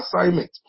assignment